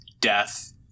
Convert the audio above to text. death